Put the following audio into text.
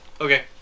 Okay